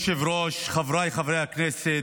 אדוני היושב-ראש, חבריי חברי הכנסת,